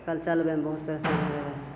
कल चलबैमे बहुत परेशानी होबै रहै